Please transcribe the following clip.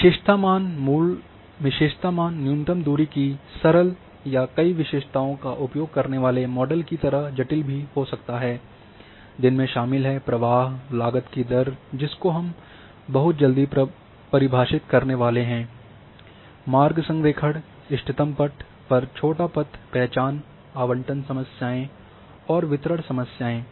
विशेषता मान न्यूनतम दूरी की तरह सरल या कई विशेषताओं का उपयोग करने वाले मॉडल की तरह जटिल भी हो सकता है जिनमें शामिल हैं प्रवाह लागत की दर जिसको हम बहुत जल्द परिभाषित करने वाले हैं मार्ग संरेखण इष्टतम पथ सबसे छोटा पथ पहचान आवंटन समस्याएं और वितरण समस्याएं